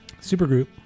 Supergroup